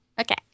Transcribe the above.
Okay